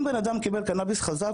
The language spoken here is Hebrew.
אם בן אדם קיבל קנביס חזק,